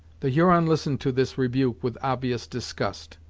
the huron listened to this rebuke with obvious disgust,